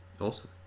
Awesome